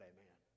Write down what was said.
Amen